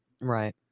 right